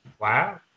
wow